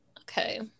Okay